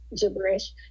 gibberish